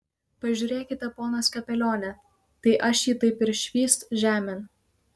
pažiūrėkite ponas kapelione tai aš jį taip ir švyst žemėn